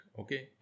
okay